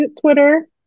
Twitter